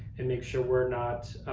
and make sure we're not,